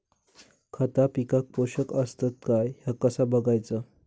खता पिकाक पोषक आसत काय ह्या कसा बगायचा?